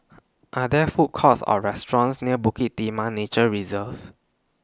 Are There Food Courts Or restaurants near Bukit Timah Nature Reserve